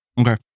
Okay